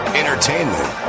entertainment